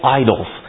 idols